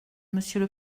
monsieur